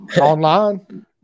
Online